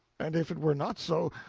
and if it were not so,